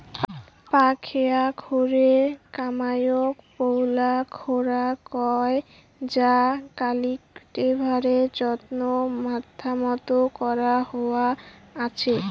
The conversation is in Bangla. পাকখেয়া খোরে কামাইয়ক পৈলা খোরা কয় যা কাল্টিভেটার যন্ত্রর মাধ্যমত করা হয়া আচে